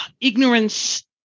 ignorance